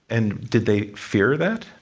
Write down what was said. and did they fear that?